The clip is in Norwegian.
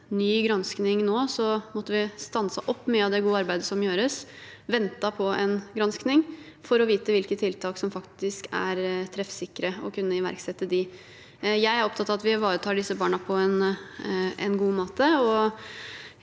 nå, måtte vi stanse opp mye av det gode arbeidet som gjøres, ventet på en gransking for å vite hvilke tiltak som faktisk er treffsikre, og så kunne iverksette dem. Jeg er opptatt av at vi ivaretar disse barna på en god måte,